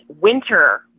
winter